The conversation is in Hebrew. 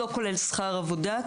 לא כולל שכר העבודה,